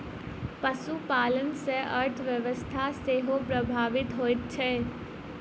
पशुपालन सॅ अर्थव्यवस्था सेहो प्रभावित होइत छै